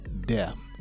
death